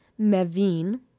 mevin